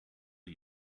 are